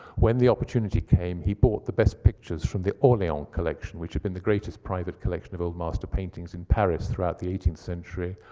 when the opportunity came, he bought the best pictures from the orleon collection, which had been the greatest private collection of old master paintings in paris throughout the eighteenth century.